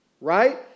right